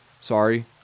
sorry